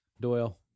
Doyle